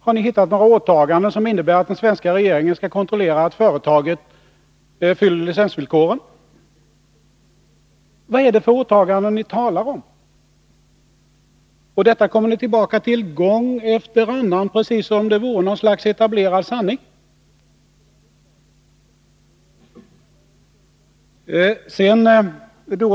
Har ni hittat några åtaganden som innebär att den svenska regeringen skall kontrollera att företaget uppfyller licensvillkoren? Vad är det för åtaganden ni talar om och som ni gång efter gång kommer tillbaka till precis som om det vore en etablerad sanning?